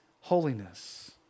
holiness